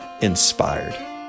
inspired